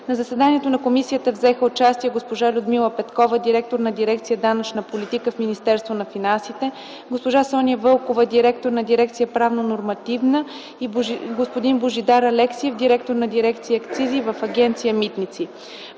В заседанието на Комисията взеха участие Людмила Петкова – директор на дирекция "Данъчна политика" в Министерството на финансите, Соня Вълкова – директор на дирекция "Правно-нормативна", и Божидар Алексиев – директор на дирекция "Акцизи" в Агенция „Митници”.